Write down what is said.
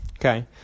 okay